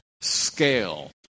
scale